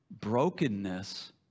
Brokenness